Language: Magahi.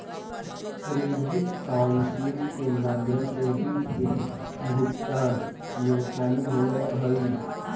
क्रेडिट काउंसलिंग के माध्यम से रीड के भुगतान में असानी होवऽ हई